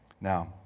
Now